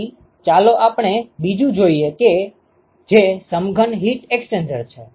તેથી ચાલો હવે આપણે બીજું જોઈએ જે સઘન હીટ એક્સ્ચેન્જર છે